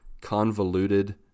convoluted